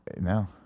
No